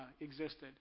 existed